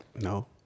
no